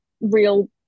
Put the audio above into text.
real